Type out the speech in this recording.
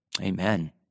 Amen